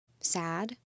sad